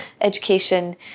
education